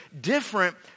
different